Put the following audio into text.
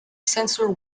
sensor